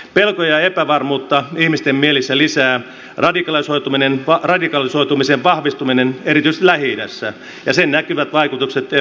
pelkoja ja epävarmuutta ihmisten mielissä lisäävät radikalisoitumisen vahvistuminen erityisesti lähi idässä ja sen näkyvät vaikutukset euroopassa